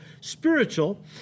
spiritual